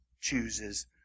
chooses